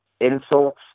insults